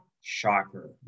Shocker